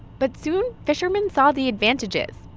but soon, fishermen saw the advantages.